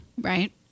Right